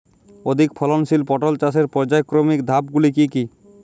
অধিক ফলনশীল পটল চাষের পর্যায়ক্রমিক ধাপগুলি কি কি?